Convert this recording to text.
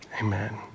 Amen